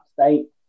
State